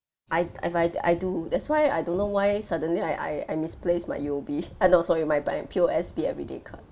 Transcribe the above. I I I do that's why I don't know why suddenly I I I misplaced my U_O_B ah no sorry my my P_O_S_B everyday card